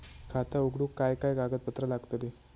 खाता उघडूक काय काय कागदपत्रा लागतली?